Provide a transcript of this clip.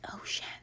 ocean